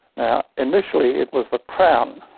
now initially it was the crown,